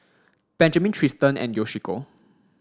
Benjamin Tristan and Yoshiko